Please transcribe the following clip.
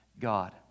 God